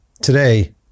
today